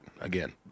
again